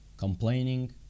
complaining